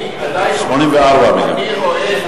84 מיליון.